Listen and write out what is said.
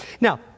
Now